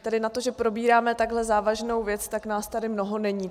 Tedy na to, že probíráme takhle závažnou věc, nás tady mnoho není.